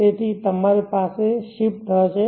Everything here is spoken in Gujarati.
તેથી તમારી પાસે શિફ્ટ હશે